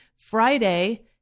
Friday